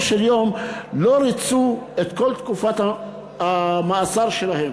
של דבר לא ריצו את כל תקופת המאסר שלהם.